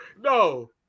No